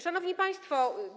Szanowni Państwo!